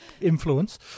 influence